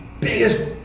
biggest